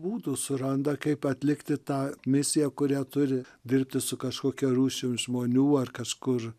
būdų suranda kaip atlikti tą misiją kurią turi dirbti su kažkokia rūšim žmonių ar kažkur